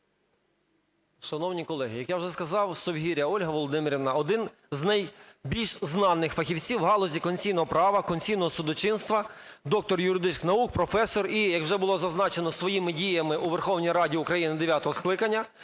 Шановні колеги, як я вже сказав, Совгиря Ольга Володимирівна - один з найбільш знаних фахівців в галузі конституційного права, конституційного судочинства, доктор юридичних наук, професор, і, як вже було зазначено, своїми діями у Верховній Раді України дев'ятого скликання,